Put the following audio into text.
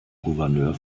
gouverneur